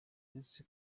uretse